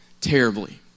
terribly